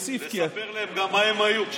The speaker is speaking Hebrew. ותספר להם גם מה הם היו.